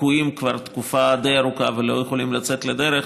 תקועים כבר תקופה די ארוכה ולא יכולים לצאת לדרך,